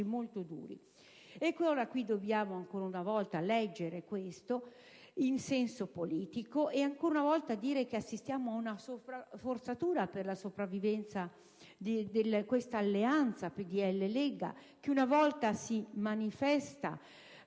molto duri. Qui dobbiamo ancora una volta leggere questo modo di agire in senso politico e ancora una volta dobbiamo dire che assistiamo ad una forzatura per la sopravvivenza dell'alleanza PdL-Lega che una volta si manifesta